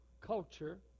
culture